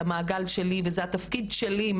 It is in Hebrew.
למעגל שלי וזה התפקיד שלי,